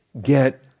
get